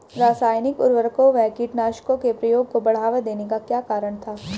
रासायनिक उर्वरकों व कीटनाशकों के प्रयोग को बढ़ावा देने का क्या कारण था?